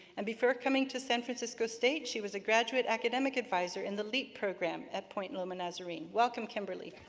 and before coming to san francisco state, she was a graduate academic advisor in the leap program at point loma nazrene. welcome, kimberly.